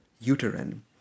uterine